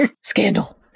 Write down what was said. Scandal